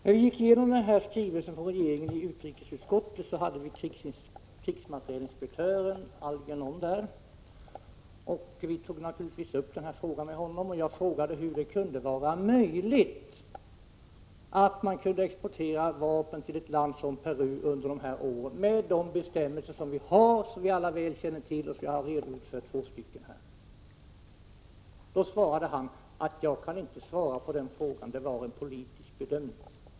Herr talman! När vi i utrikesutskottet gick igenom skrivelsen från regeringen var krigsmaterielinspektören Algernon närvarande. Vi tog naturligtvis upp frågan med honom. Jag frågade hur det var möjligt att Sverige exporterade vapen till ett land som Peru under dessa år, med de bestämmelser som vi har och som vi alla väl känner till och som jag delvis redogjort för här. Då sade krigsmaterielinspektören att han inte kunde svara på frågan. Det var en politisk bedömning.